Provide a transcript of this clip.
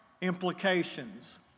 implications